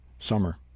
summer